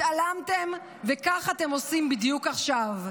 התעלמתם וכך אתם עושים בדיוק עכשיו.